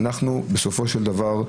בסופו של דבר,